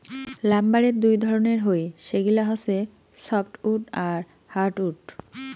লাম্বারের দুই ধরণের হই, সেগিলা হসে সফ্টউড আর হার্ডউড